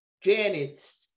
Janet's